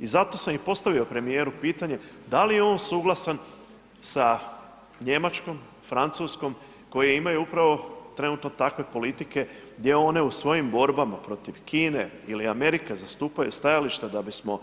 I zato sam i postavio premijeru pitanje da li je on suglasan sa Njemačkom, Francuskom koje imaju upravo trenutno takve politike gdje one u svojim borbama protiv Kine ili Amerike zastupaju stajališta da bismo,